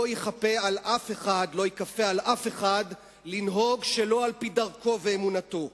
לא ייכפה על אף אחד לנהוג שלא על-פי דרכו ואמונתו.